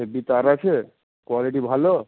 হেব্বি তার আছে কোয়ালিটি ভালো